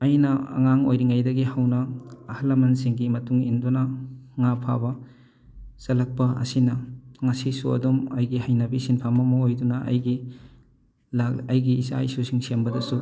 ꯑꯩꯅ ꯑꯉꯥꯡ ꯑꯣꯏꯔꯤꯉꯩꯗꯒꯤ ꯍꯧꯅ ꯑꯍꯜ ꯂꯃꯜꯁꯤꯡꯒꯤ ꯃꯇꯨꯡ ꯏꯟꯗꯨꯅ ꯉꯥ ꯐꯥꯕ ꯆꯠꯂꯛꯄ ꯑꯁꯤꯅ ꯉꯁꯤꯁꯨ ꯑꯗꯨꯝ ꯑꯩꯒꯤ ꯍꯩꯅꯕꯤ ꯁꯤꯟꯐꯝ ꯑꯃ ꯑꯣꯏꯗꯨꯅ ꯑꯩꯒꯤ ꯑꯩꯒꯤ ꯏꯆꯥ ꯏꯁꯨꯁꯤꯡ ꯁꯦꯝꯕꯗꯁꯨ